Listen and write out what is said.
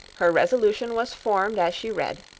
her resolution was formed as she read.